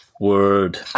word